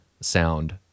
sound